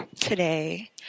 Today